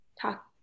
talk